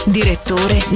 direttore